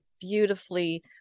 beautifully